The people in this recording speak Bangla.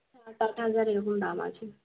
সাত আট হাজার এরকম দাম আছে